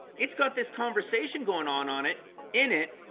it's got this conversation going on on it in it.